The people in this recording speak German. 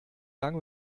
gang